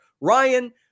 ryan